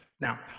now